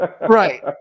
Right